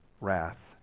wrath